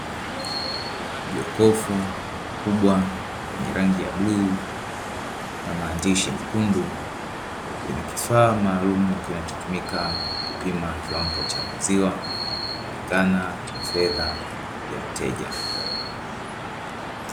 Jokofu kubwa lenye rangi ya bluu na maandishi mekundu, lina kifaa maalumu kinacho tumika kupima kiwango cha maziwa kulingana na fedha ya mteja.